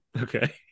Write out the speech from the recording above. Okay